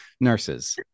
Nurses